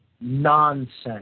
Nonsense